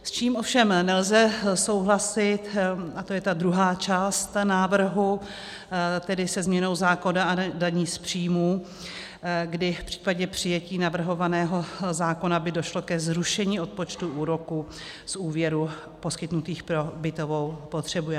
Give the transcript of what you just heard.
S čím ovšem nelze souhlasit a to je ta druhá část návrhu tedy se změnou zákona o dani z příjmů, kdy v případě přijetí navrhovaného zákona by došlo ke zrušení odpočtu úroků z úvěrů poskytnutých pro bytovou potřebu.